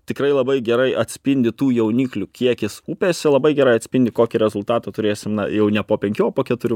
tikrai labai gerai atspindi tų jauniklių kiekis upėse labai gerai atspindi kokį rezultatą turėsim na jau ne po penkių o po keturių